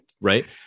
right